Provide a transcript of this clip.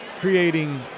creating